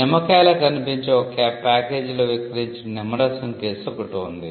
నిమ్మకాయలా కనిపించే ఒక ప్యాకేజిలో విక్రయించిన నిమ్మరసం కేసు ఒకటి ఉంది